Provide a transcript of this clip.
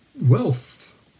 Wealth